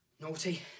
Naughty